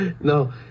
No